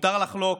מותר לחלוק,